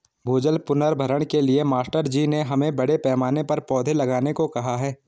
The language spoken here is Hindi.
भूजल पुनर्भरण के लिए मास्टर जी ने हमें बड़े पैमाने पर पौधे लगाने को कहा है